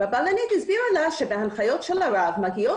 הבלנית הסבירה לה שבהנחיות של הרב מגיעות